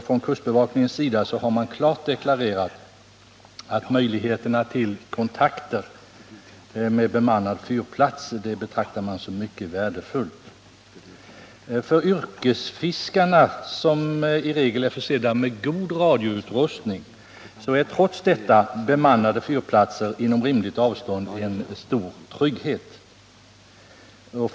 Från kustbevakningens sida har klart deklarerats att möjligheterna till kontakter med bemannad fyrplats betraktas som mycket värdefulla. Yrkesfiskarna är i regel försedda med god radioutrustning, men bemannade fyrplatser inom rimligt avstånd innebär ändå en stor trygghet för dem.